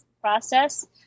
process